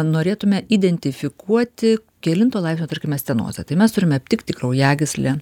norėtume identifikuoti kelinto laipsnio tarkime stenozė tai mes turime aptikti kraujagyslę